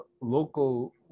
local